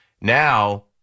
Now